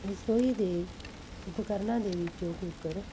ਰਸੋਈ ਦੇ ਉਪਕਰਨਾਂ ਦੇ ਵਿੱਚੋਂ ਕੁੱਕਰ